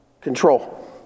control